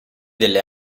delle